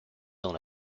dans